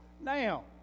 Now